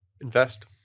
invest